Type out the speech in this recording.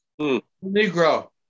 Negro